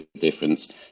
difference